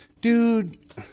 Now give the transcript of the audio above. Dude